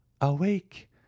awake